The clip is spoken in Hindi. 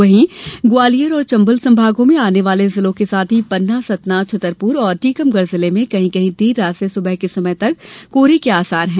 वहीं ग्वालियर और चंबल संभागों में आने वाले जिलों के साथ ही पन्ना सतना छतरपुर और टीकमगढ़ जिले में कहीं कहीं देर रात से सुबह के समय तक कोहरे के आसार हैं